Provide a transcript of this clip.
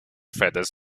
feathers